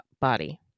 body